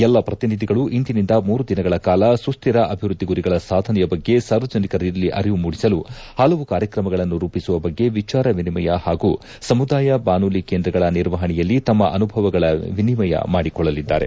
ಎಲ್ಲ ಪ್ರತಿನಿಧಿಗಳು ಇಂದಿನಿಂದ ಮೂರು ದಿನಗಳ ಕಾಲ ಸುಶ್ಧಿರ ಅಭಿವೃದ್ದಿ ಗುರಿಗಳ ಸಾಧನೆಯ ಬಗ್ಗೆ ಸಾರ್ವಜನಿಕರಲ್ಲಿ ಅರಿವು ಮೂಡಿಸಲು ಹಲವು ಕಾರ್ಯತ್ರಮಗಳನ್ನು ರೂಪಿಸುವ ಬಗ್ಗೆ ವಿಚಾರ ವಿನಿಮಯ ಹಾಗೂ ಸಮುದಾಯ ಬಾನುಲಿ ಕೇಂದ್ರಗಳ ನಿರ್ವಹಣೆಯಲ್ಲಿ ತಮ್ಮ ಅನುಭವಗಳ ವಿನಿಮಯ ಮಾಡಿಕೊಳ್ಳಲಿದ್ದಾರೆ